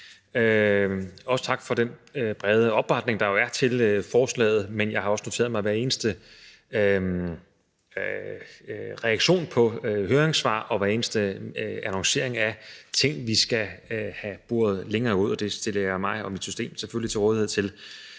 Også tak for den brede opbakning, der jo er til forslaget, men jeg har også noteret mig hver eneste reaktion på høringssvar og hver eneste annoncering af ting, vi skal have boret mere ud, og det stiller jeg selvfølgelig mig selv